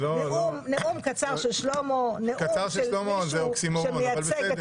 נאום קצר של שלמה, נאום של מישהו שמייצג את